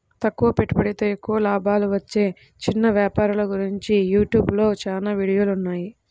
తక్కువ పెట్టుబడితో ఎక్కువ లాభాలు వచ్చే చిన్న వ్యాపారాల గురించి యూట్యూబ్ లో చాలా వీడియోలున్నాయి